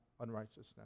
unrighteousness